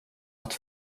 att